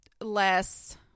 less